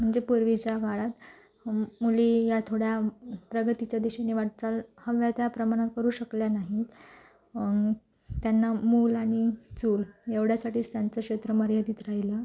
म्हणजे पूर्वीच्या काळात मुली या थोड्या प्रगतीच्या दिशेने वाटचाल हव्या त्या प्रमाणात करू शकल्या नाही त्यांना मूल आणि चूल एवढ्यासाठीच त्यांचं क्षेत्र मर्यादित राहिलं